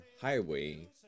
highway